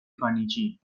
مکانیکی